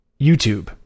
YouTube